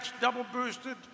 double-boosted